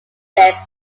their